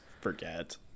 forget